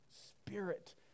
spirit